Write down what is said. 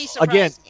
Again